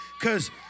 Cause